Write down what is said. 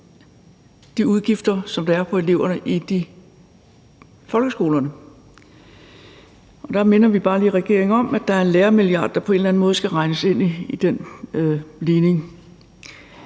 de udgifter, som der er til eleverne i folkeskolerne, og der minder vi bare lige regeringen om, at der er en lærermilliard, der på en eller anden måde skal regnes ind i den ligning.